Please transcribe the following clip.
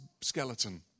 skeleton